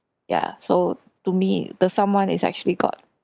ya so to me the someone is actually god